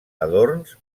adorns